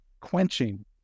quenching